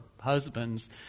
husbands